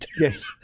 Yes